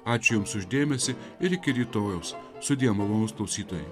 ačiū jums už dėmesį ir iki rytojaus sudie malonūs klausytojai